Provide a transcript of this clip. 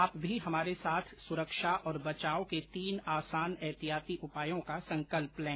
आप भी हमारे साथ सुरक्षा और बचाव के तीन आसान एहतियाती उपायों का संकल्प लें